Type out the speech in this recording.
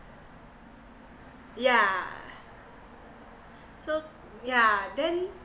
yeah so yeah then